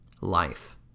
life